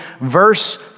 verse